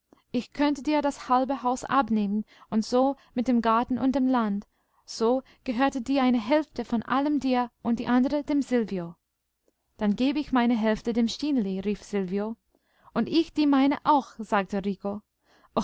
ich könnte dir das halbe haus abnehmen und so mit dem garten und dem land so gehörte die eine hälfte von allem dir und die andere dem silvio dann geb ich meine hälfte dem stineli rief silvio und ich die meine auch sagte